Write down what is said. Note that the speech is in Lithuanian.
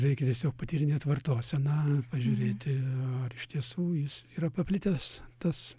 reikia tiesiog patyrinėt vartoseną pažiūrėti ar iš tiesų jis yra paplitęs tas